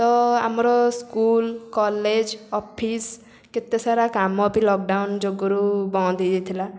ତ ଆମର school college office କେତେସାରା କାମ ବି ଲକଡ଼ାଉନ ଯୋଗୁରୁ ବନ୍ଦ ହେଇଯାଇଥିଲା